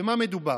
במה מדובר?